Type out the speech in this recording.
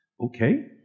Okay